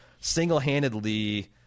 single-handedly